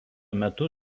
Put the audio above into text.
metu